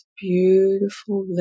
beautiful